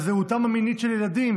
על זהותם המינית של ילדים,